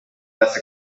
less